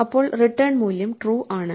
അപ്പോൾ റിട്ടേൺ മൂല്യം ട്രൂ ആണ്